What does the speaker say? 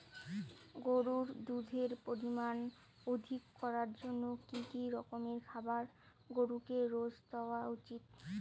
গরুর দুধের পরিমান অধিক করার জন্য কি কি রকমের খাবার গরুকে রোজ দেওয়া উচিৎ?